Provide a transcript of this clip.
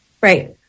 Right